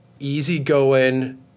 easy-going